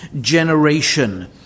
generation